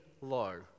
low